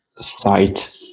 site